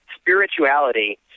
spirituality